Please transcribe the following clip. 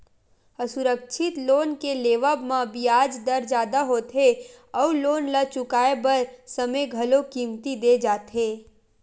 असुरक्छित लोन के लेवब म बियाज दर जादा होथे अउ लोन ल चुकाए बर समे घलो कमती दे जाथे